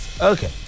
Okay